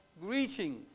greetings